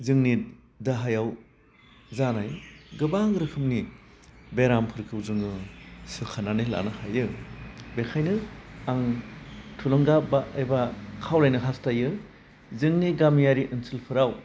जोंनि देहायाव जानाय गोबां रोखोमनि बेरामफोरखौ जोङो सोखानानै लानो हायो बेखायनो आं थुलुंगा बा एबा खावलायनो हास्थायो जोंनि गामियारि ओनसोलफोराव